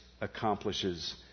accomplishes